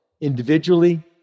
individually